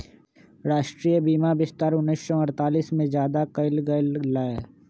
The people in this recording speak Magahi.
राष्ट्रीय बीमा विस्तार उन्नीस सौ अडतालीस में ज्यादा कइल गई लय